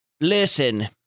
Listen